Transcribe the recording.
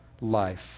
life